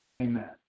Amen